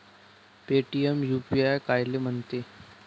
Paytm UPI कायले म्हनते?